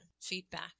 feedback